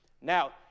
Now